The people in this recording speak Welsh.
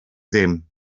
ddim